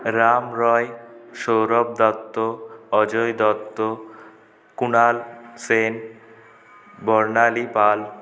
Ram Ray Sourav Dutta Ajay Dutta Kunal Sen Barnali Pal